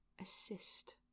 assist